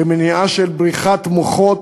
במניעה של בריחת מוחות,